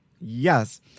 Yes